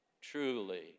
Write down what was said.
truly